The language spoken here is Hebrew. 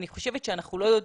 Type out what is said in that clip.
אני חושבת שאנחנו לא יודעים,